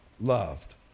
loved